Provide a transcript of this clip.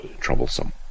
Troublesome